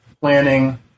planning